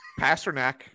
Pasternak